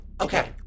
okay